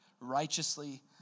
righteously